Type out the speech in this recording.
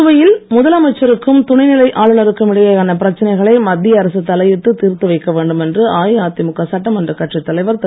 புதுவையில் முதலமைச்சருக்கும் துணைநிலை ஆளுநருக்கும் இடையேயான பிரச்னைகளை மத்திய அரசு தலையிட்ட தீர்த்து வைக்க வேண்டும் என்று அஇஅதிமுக சட்டமன்ற கட்சித் தலைவர் திரு